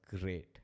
great